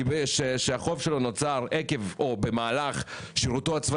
שאנחנו בודקים וזה כרגע מול לשכות האשראי,